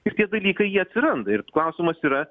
ir tie dalykai jie atsiranda ir klausimas yra